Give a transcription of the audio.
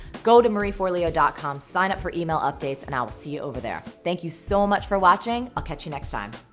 go to marieforleo dot com sign-up for email updates and i'll see you over there. thank you so much for watching and i'll catch you next time!